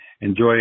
enjoy